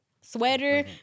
Sweater